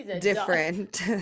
different